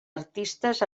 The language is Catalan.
artistes